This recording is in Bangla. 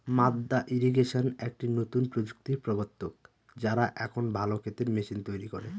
মাদ্দা ইরিগেশন একটি নতুন প্রযুক্তির প্রবর্তক, যারা এখন ভালো ক্ষেতের মেশিন তৈরী করে